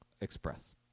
express